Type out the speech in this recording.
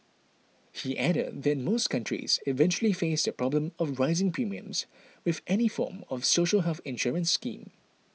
he added that most countries eventually face the problem of rising premiums with any form of social health insurance scheme